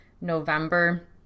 November